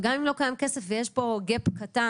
וגם אם לא קיים כסף ויש פה gap קטן,